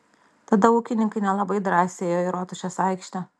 tada ūkininkai nelabai drąsiai ėjo į rotušės aikštę